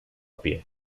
pie